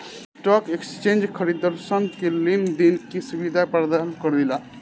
stock exchange खरीदारसन के लेन देन के सुबिधा परदान करेला